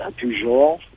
toujours